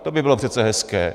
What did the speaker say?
To by bylo přece hezké.